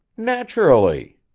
naturally.